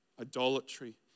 idolatry